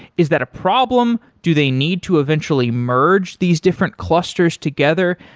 is that a problem? do they need to eventually merge these different clusters together?